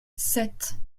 sept